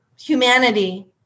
humanity